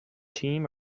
team